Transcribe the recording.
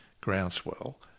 groundswell